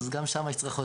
אז גם שם יש צרחות,